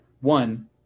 one